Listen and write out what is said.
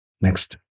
Next